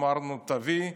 אמרנו: תביא,